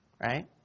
Right